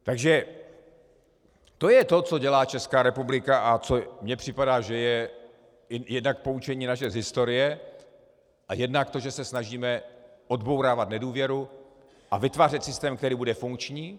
Takže to je to, co dělá Česká republika a co mně připadá, že je jednak poučení naše z historie a jednak to, že se snažíme odbourávat nedůvěru a vytvářet systém, který bude funkční.